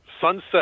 sunset